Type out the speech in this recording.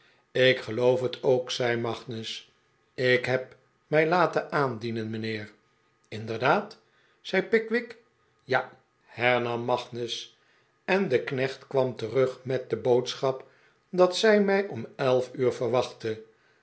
ik geloof het ook zei magnus ik heb mij laten aandienen mijnheer inderdaad zei pickwick ja hernam magnus en de knecht kwam terug met de boodschap dat zij mij om elf uur verwachtte